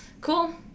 Cool